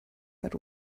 but